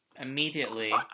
immediately